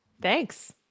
Thanks